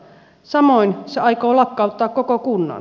samoin se aikoo lakkauttaa koko kunnan